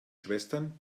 schwestern